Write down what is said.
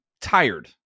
tired